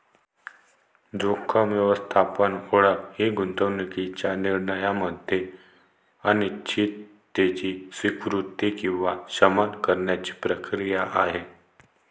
जोखीम व्यवस्थापन ओळख ही गुंतवणूकीच्या निर्णयामध्ये अनिश्चिततेची स्वीकृती किंवा शमन करण्याची प्रक्रिया आहे